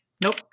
Nope